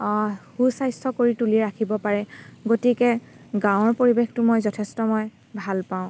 সুস্বাস্থ্য কৰি তুলি ৰাখিব পাৰে গতিকে গাঁৱৰ পৰিৱেশটো মই যথেষ্ট মই ভাল পাওঁ